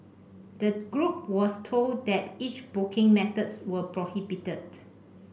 the group was told that each booking methods were prohibited